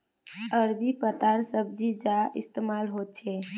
अरबी पत्तार सब्जी सा इस्तेमाल होछे